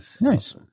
Nice